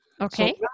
Okay